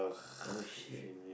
oh shit